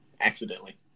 Accidentally